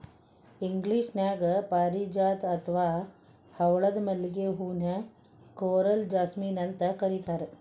ಇಂಗ್ಲೇಷನ್ಯಾಗ ಪಾರಿಜಾತ ಅತ್ವಾ ಹವಳದ ಮಲ್ಲಿಗೆ ಹೂ ನ ಕೋರಲ್ ಜಾಸ್ಮಿನ್ ಅಂತ ಕರೇತಾರ